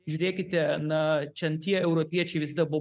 žiūrėkite na čia tie europiečiai visada buvo